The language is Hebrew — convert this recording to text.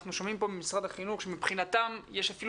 אנחנו שומעים ממשרד החינוך שמבחינתם יש אפילו